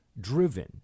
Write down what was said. driven